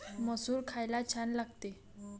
मसूर खायला छान लागते